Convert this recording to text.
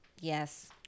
yes